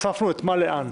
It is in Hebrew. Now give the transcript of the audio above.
הוספנו את מה לאן?